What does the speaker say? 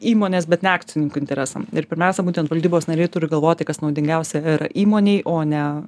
įmonės bet ne akcininkų interesam ir pirmiausia būtent valdybos nariai turi galvoti kas naudingiausia yra įmonei o ne